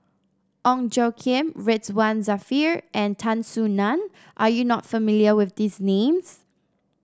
Ong Tjoe Kim Ridzwan Dzafir and Tan Soo Nan are you not familiar with these names